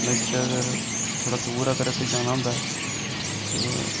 दे बिच अगर दूर असें जाना होंदा ऐ ते